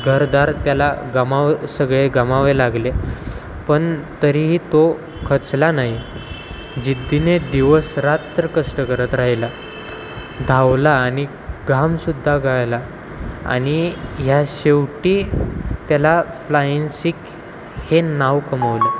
घरदार त्याला गमाव सगळे गमावे लागले पण तरीही तो खचला नाही जिद्दीने दिवस रात्र कष्ट करत राहिला धावला आणि घामसुद्धा गाळला आणि ह्या शेवटी त्याला फ्लायिंग सिख हे नाव कमवलं